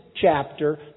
chapter